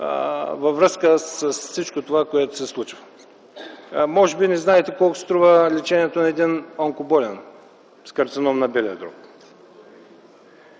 във връзка с всичко това, което се случва. Може би не знаете колко струва лечението на един онкоболен с карцином на белия дроб